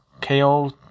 K-O